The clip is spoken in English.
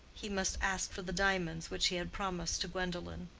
he must ask for the diamonds which he had promised to gwendolen.